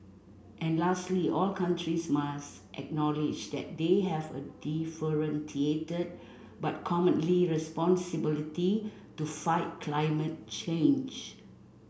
and lastly all countries must acknowledge that they have a differentiated but common responsibility to fight climate change